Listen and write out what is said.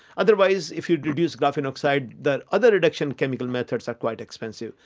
otherwise if you reduce graphene oxide the other reduction chemical methods are quite expensive.